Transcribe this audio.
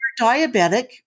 diabetic